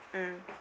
mm